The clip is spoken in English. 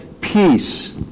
peace